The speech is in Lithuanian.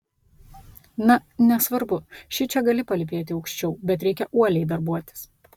na nesvarbu šičia gali palypėti aukščiau bet reikia uoliai darbuotis